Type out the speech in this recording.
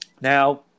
Now